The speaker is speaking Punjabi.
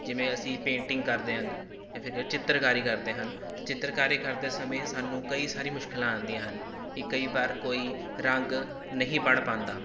ਜਿਵੇਂ ਅਸੀਂ ਪੇਂਟਿੰਗ ਕਰਦੇ ਹਨ ਇੱਥੇ ਕਿ ਚਿੱਤਰਕਾਰੀ ਕਰਦੇ ਹਨ ਚਿੱਤਰਕਾਰੀ ਕਰਦੇ ਸਮੇਂ ਸਾਨੂੰ ਕਈ ਸਾਰੀ ਮੁਸਕਲਾਂ ਆਉਂਦੀਆਂ ਹਨ ਕਿ ਕਈ ਵਾਰ ਕੋਈ ਰੰਗ ਨਹੀ ਬਣ ਪਾਉਂਦਾ